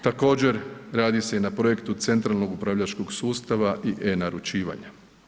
Također radi se i na projektu centralnog upravljačkog sustava i e-naručivanja.